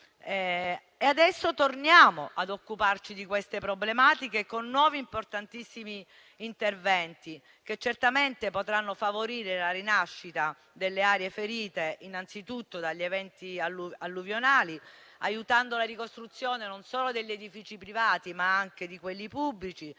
Adesso torniamo a occuparci di queste problematiche, con nuovi importantissimi interventi, che certamente potranno favorire la rinascita delle aree ferite innanzitutto dagli eventi alluvionali, aiutando la ricostruzione non solo degli edifici privati, ma anche di quelli pubblici,